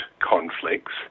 conflicts